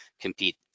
compete